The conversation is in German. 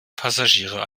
passagiere